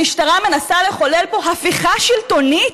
המשטרה מנסה לחולל פה הפיכה שלטונית?